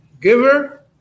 giver